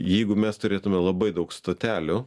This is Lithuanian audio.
jeigu mes turėtume labai daug stotelių